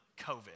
COVID